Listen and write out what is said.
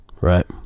right